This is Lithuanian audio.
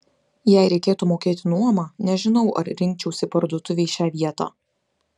jei reikėtų mokėti nuomą nežinau ar rinkčiausi parduotuvei šią vietą